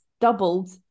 doubled